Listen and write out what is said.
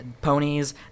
ponies